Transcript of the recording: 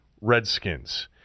Redskins